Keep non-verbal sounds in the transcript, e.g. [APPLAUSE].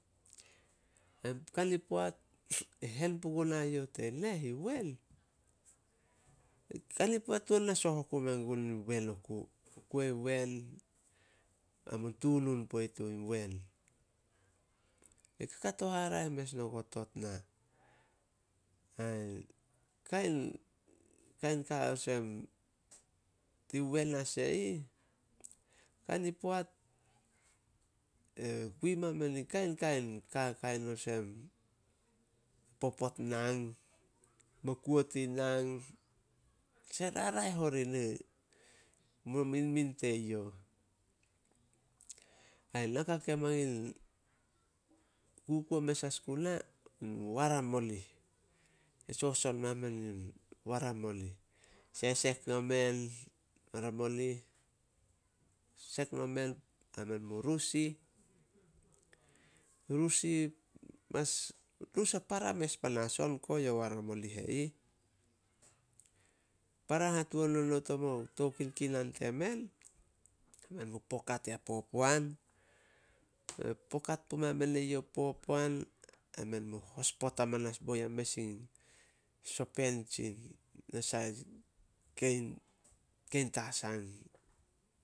[HESITATION] Kani poat [NOISE] e hen pugunae youh tein neh in wen, kani poat tuan na soh oku men gui wen oku. Kuo in wen ai mun tunun poit uh in wen. E kakato haraeh mes nogo tot na. Ain kain- kain ka olsem, in wen as e ih, kani poat, e kui mamen in kainkain ka olsem, popot nang, mo kuo tin nang [UNINTELLIGIBLE] raraeh orih [HESITATION] mo minmin teyouh. Ai naka ke mangin kukuo mes as guna, in waramolih. E soson mamen in waramolih. Sesek nomen waramolih, sek nomen ai men mu rus ih- rus ih, mas rus a para mes panas on ko yo waramolih e ih. Para hatuan o nouh tomo tou kinkinan temen, ai men mu pokat ya popoan, [NOISE] pokat puma men eyouh popoan ai men mu hos pot amanas bo ya mes in sopan tsi nasah kein- kein tasang.